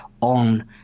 on